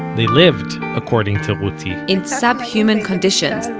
they lived, according to ruti, in subhuman conditions,